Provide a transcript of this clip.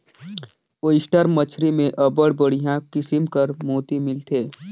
oyster मछरी में अब्बड़ बड़िहा किसिम कर मोती मिलथे